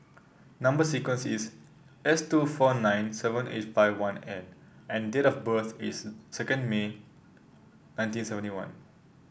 number sequence is S two four nine seven eight five one N and date of birth is second May nineteen seventy one